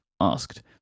asked